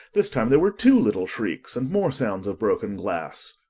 this time there were two little shrieks, and more sounds of broken glass.